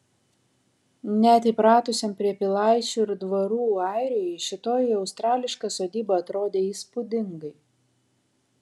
net įpratusiam prie pilaičių ir dvarų airiui šitoji australiška sodyba atrodė įspūdingai